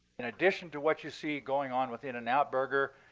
in addition to what you see going on within in-n-out burger,